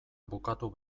bukatu